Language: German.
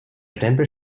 stempel